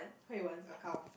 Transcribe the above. Hui Wen's account